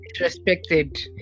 respected